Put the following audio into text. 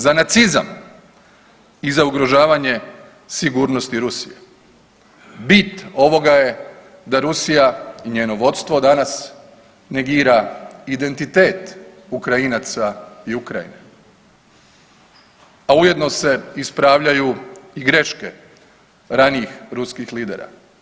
Za nacizam i za ugrožavanje sigurnosti Rusije bit ovoga je da Rusija i njeno vodstvo danas negira identitet Ukrajinaca i Ukrajine, a ujedno se ispravljaju i greške ranijih ruskih lidera.